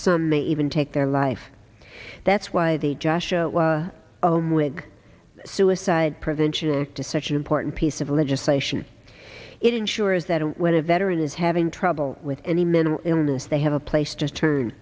some may even take their life that's why they just ome with suicide prevention is to such an important piece of legislation it ensures that when a veteran is having trouble with any mental illness they have a place to turn